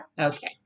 Okay